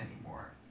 anymore